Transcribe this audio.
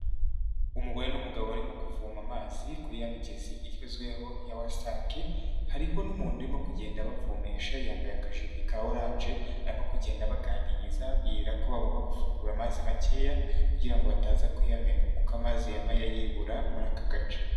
Umugore n'umugabo barimo kuvoma amazi kuri ya migezi igezweho ya wasake, hariho n'umuntu urimo kugenda abavomesha yambaye akajiri ka orange arimo kugenda baganiriza ababwira ko bagomba gufungura amazi makeya kugira ngo ngo bataza kuyamena kuko amazi yabaye ayibura muri aka gace.